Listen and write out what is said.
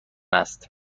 است